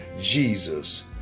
Jesus